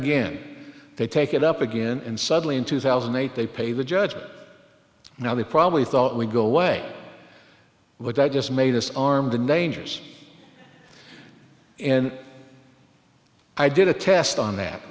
again they take it up again and suddenly in two thousand and eight they pay the judge that now they probably thought we go away but that just made us armed and dangerous and i did a test on that